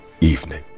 evening